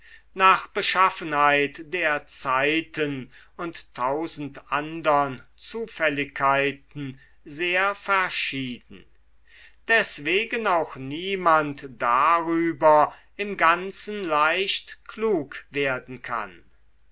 nach beschaffenheit der zeiten und tausend andern zufälligkeiten sehr verschieden deswegen auch niemand darüber im ganzen leicht klug werden kann